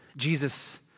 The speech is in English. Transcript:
Jesus